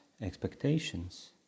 expectations